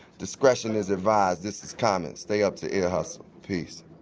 discretion is advised. this is common, stay up to ear hustle. peace